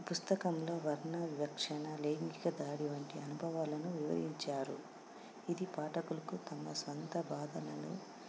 పుస్తకంలో వర్ణ వివక్షణ లేంగిక దాడి వంటి అనుభవాలను వివహించారు ఇది పాటకులకు తమ సొంత బాధనలను